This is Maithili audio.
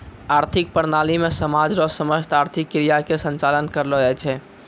आर्थिक प्रणाली मे समाज रो समस्त आर्थिक क्रिया के संचालन करलो जाय छै